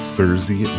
Thursday